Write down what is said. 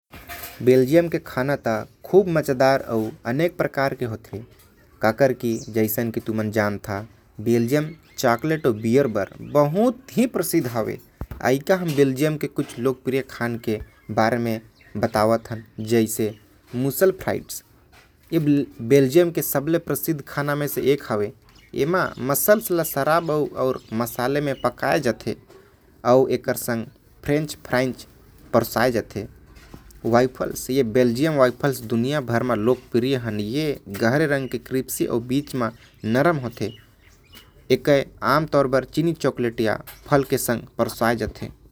बेल्जियम अपन बियर अउ चॉकलेट बर बहुते प्रशिद्ध हवे। वहा के लोकप्रिय खाना हवे। मूसलफ्राइड एके मस्सल ल शराब अउ। मसाला म पकाये जाथे अउ फ्रेंच फ्राइज के साथ परोशे जाथे। बेल्जियम वॉफल्स बहुत प्रसिद्ध हवे। जेके चीनी चॉकलेट मन के साथ परोसे जाथे।